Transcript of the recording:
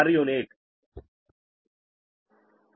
u